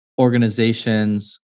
organization's